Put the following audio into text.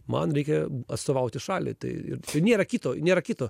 man reikia atstovauti šaliai tai nėra kito nėra kito